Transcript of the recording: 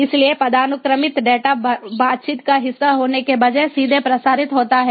इसलिए पदानुक्रमित डेटा बातचीत का हिस्सा होने के बजाय सीधे प्रसारित होता है